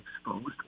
exposed